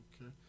Okay